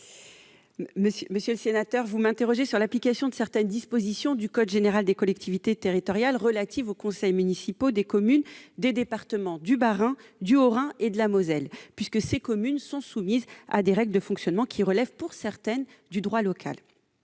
Monsieur le sénateur, vous m'interrogez sur l'application de certaines dispositions du code général des collectivités territoriales relatives aux conseils municipaux des communes des départements du Bas-Rhin, du Haut-Rhin et de la Moselle, sachant que ces communes sont soumises à des règles de fonctionnement qui relèvent, pour certaines, du droit local.